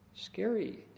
Scary